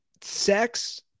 sex